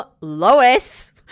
Lois